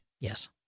Yes